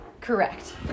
Correct